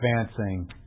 advancing